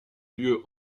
lieu